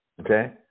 okay